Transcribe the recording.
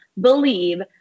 believe